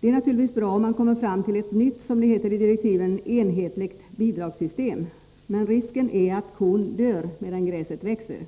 Det är naturligtvis bra om man kommer fram till ett nytt, som det heter i direktiven ”enhetligt bidragssystem” , men risken är att kon dör medan gräset växer.